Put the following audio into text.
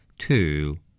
Two